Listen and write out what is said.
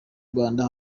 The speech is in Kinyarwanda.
rwanda